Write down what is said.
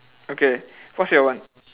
okay what's your one